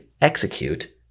execute